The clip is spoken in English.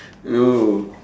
oh